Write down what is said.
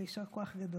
ויישר כוח גדול.